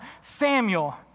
Samuel